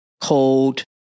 cold